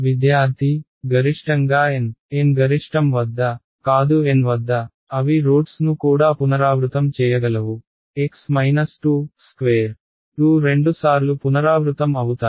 విద్యార్థి గరిష్టంగా N N గరిష్టం వద్ద కాదు N వద్ద అవి రూట్స్ ను కూడా పునరావృతం చేయగలవు 2 2 రెండుసార్లు పునరావృతం అవుతాయి